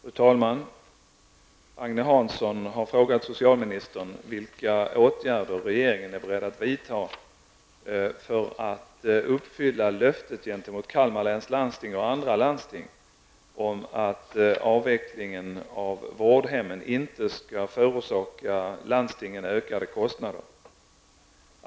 Fru talman! Agne Hansson har frågat socialministern vilka åtgärder regeringen är beredd att vidta för att uppfylla löftet gentemot Kalmar läns landsting och andra landsting om att avvecklingen av vårdhemmen inte skall förorsaka landstingen ökade kostnader.